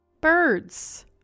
birds